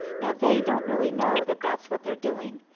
now they don't really know that that's what they're doing.